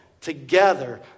together